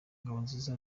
ngabonziza